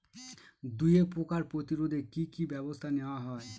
দুয়ে পোকার প্রতিরোধে কি কি ব্যাবস্থা নেওয়া হয়?